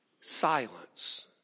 silence